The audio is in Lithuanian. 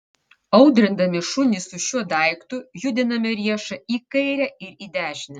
audrindami šunį su šiuo daiktu judiname riešą į kairę ir į dešinę